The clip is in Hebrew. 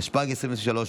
התשפ"ג 2023,